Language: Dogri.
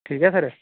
ठीक ऐ सर